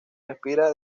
respira